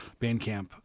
Bandcamp